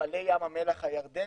למפעלי ים המלח הירדני.